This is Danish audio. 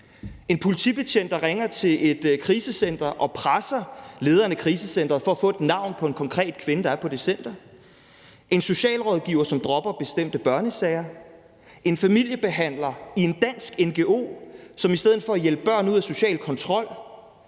en politibetjent, der ringer til et krisecenter og presser lederen af krisecenteret for at få et navn på en konkret kvinde, der er på det center; en socialrådgiver, som dropper bestemte børnesager; en familiebehandler i en dansk ngo, som i stedet for at hjælpe børn ud af social kontrol